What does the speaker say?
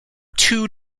two